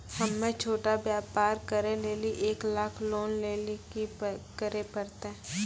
हम्मय छोटा व्यापार करे लेली एक लाख लोन लेली की करे परतै?